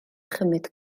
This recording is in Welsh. chymryd